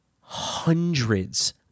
hundreds